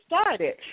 started